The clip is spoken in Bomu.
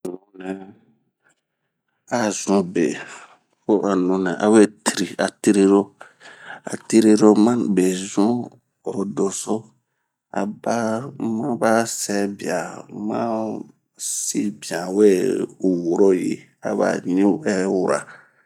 Nunɛh a zun be, ho a nunɛ a we tiri ho a tiriro, a tiriro ma bezun oro doso, aba ma ba sɛbia, ma ba sibian we woroyi aba ɲi wɛ wura.